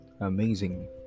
Amazing